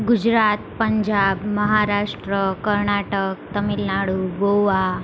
Gujarat Punjab Maharashtra Karnataka Tamil Nadu Goa